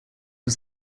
was